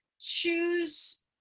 choose